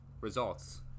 results